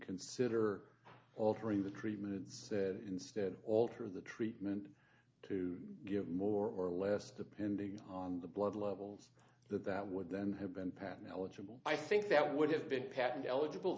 consider altering the treatment said instead alter the treatment to give more or less depending on the blood levels that would then have been patton eligible i think that would have been patent eligible